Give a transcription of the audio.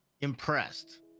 impressed